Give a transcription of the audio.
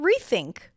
rethink